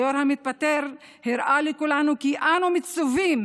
היו"ר המתפטר הראה לכולנו כי אנחנו מצווים